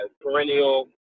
perennial